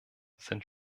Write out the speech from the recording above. sind